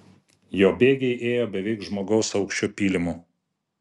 jo bėgiai ėjo beveik žmogaus aukščio pylimu